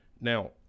Now